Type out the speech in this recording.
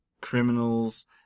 criminals